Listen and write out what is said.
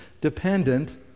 dependent